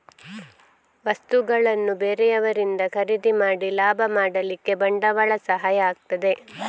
ವಸ್ತುಗಳನ್ನ ಬೇರೆಯವರಿಂದ ಖರೀದಿ ಮಾಡಿ ಲಾಭ ಪಡೀಲಿಕ್ಕೆ ಬಂಡವಾಳ ಸಹಾಯ ಆಗ್ತದೆ